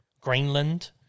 Greenland